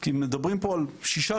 כי מדברים פה על שישה-שבעה,